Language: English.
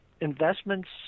investments